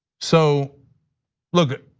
so look,